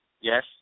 Yes